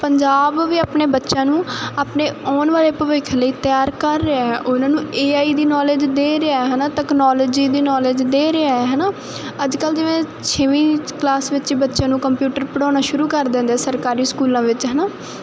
ਪੰਜਾਬ ਵੀ ਆਪਣੇ ਬੱਚਿਆਂ ਨੂੰ ਆਪਣੇ ਆਉਣ ਵਾਲੇ ਭਵਿੱਖ ਲਈ ਤਿਆਰ ਕਰ ਰਿਹਾ ਉਹਨਾਂ ਨੂੰ ਏ ਆਈ ਦੀ ਨੌਲੇਜ ਦੇ ਰਿਹਾ ਹੈ ਨਾ ਤਕਨੋਲੋਜੀ ਦੀ ਨੌਲੇਜ ਦੇ ਰਿਹਾ ਹੈ ਨਾ ਅੱਜ ਕੱਲ੍ਹ ਜਿਵੇਂ ਛੇਵੀਂ 'ਚ ਕਲਾਸ ਵਿੱਚ ਬੱਚਿਆਂ ਨੂੰ ਕੰਪਿਊਟਰ ਪੜ੍ਹਾਉਣਾ ਸ਼ੁਰੂ ਕਰ ਦਿੰਦੇ ਸਰਕਾਰੀ ਸਕੂਲਾਂ ਵਿੱਚ ਹੈ ਨਾ